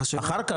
אחר כך,